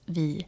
vi